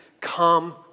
Come